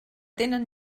tenen